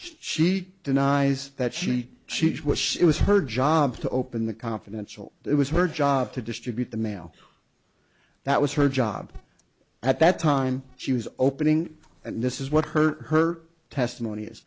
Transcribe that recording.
see denies that she she just wish it was her job to open the confidential it was her job to distribute the mail that was her job at that time she was opening and this is what her her testimony is